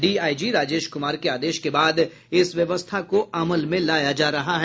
DIG Rajesh Kumar के आदेश के बाद इस व्यवस्था को अमल में लाया जा रहा है